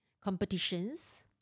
competitions